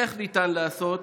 איך אפשר לעשות,